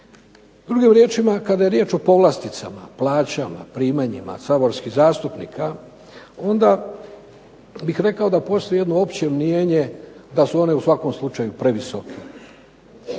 Drugim riječima, kada je riječ o povlasticama, plaćama, primanjima saborskih zastupnika onda bih rekao da postoji jedno opće mnijenje da su one u svakom slučaju previsoke.